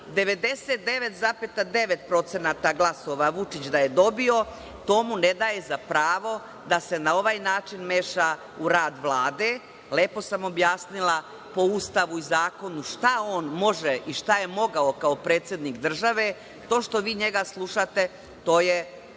99,9% glasova Vučić da je dobio, to mu ne daje za pravo da se na ovaj način meša u rad Vlade. Lepo sam objasnila po Ustavu i zakonu šta on može i šta je mogao kao predsednik države. To što vi njega slušate, to je vaš